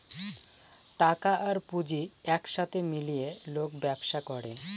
টাকা আর পুঁজি এক সাথে মিলিয়ে লোক ব্যবসা করে